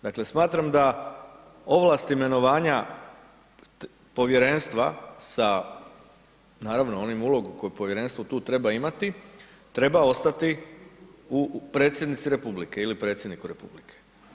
Dakle, smatram da ovlast imenovanja povjerenstva sa onom ulogom koju povjerenstvo tu treba imati, treba ostati u predsjednici Republike ili predsjedniku Republike.